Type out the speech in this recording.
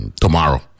Tomorrow